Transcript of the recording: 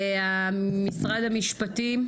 משרד המשפטים,